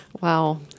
Wow